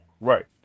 Right